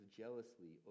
jealously